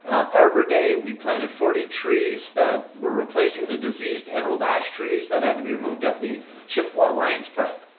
arbor day we planted forty trees that were replacing the diseased emerald ash trees that had to be removed out the chippawa lions park.